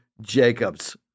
Jacobs